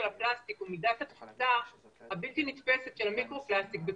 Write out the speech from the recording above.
הפלסטיק ומידת התפוצה הבלתי נתפסת של המיקרו פלסטיק,